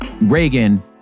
Reagan